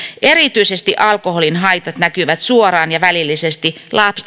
erityisesti alkoholin haitat näkyvät suoraan ja välillisesti